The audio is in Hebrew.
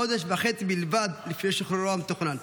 חודש וחצי בלבד לפני שחרורו המתוכנן.